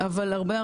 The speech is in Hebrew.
אבל הרבה,